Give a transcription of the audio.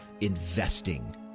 investing